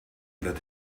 that